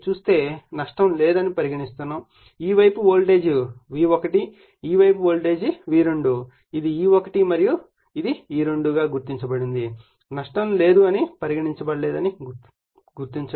కాబట్టి నష్టం లేదు అని పరిగణిస్తున్నారు మరియు ఈ వైపు వోల్టేజ్ V1 ఈ వైపు వోల్టేజ్ V2 అంటే ఇది E1 మరియు ఇక్కడ ఇది E2 గా గుర్తించబడింది నష్టం లేదు అని పరిగణించచబడింది